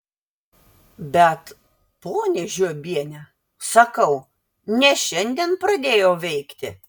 bet ponia žiobiene sakau ne šiandien pradėjo veikti